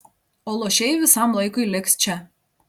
o luošieji visam laikui liks čia